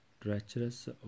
treacherous